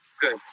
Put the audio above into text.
good